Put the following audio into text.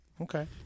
Okay